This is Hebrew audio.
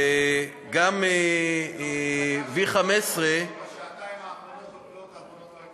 בתור מפלגה שגנבה את הבחירות בשעתיים האחרונות לא הייתי מדבר.